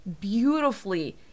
beautifully